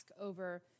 over